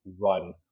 run